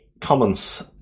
comments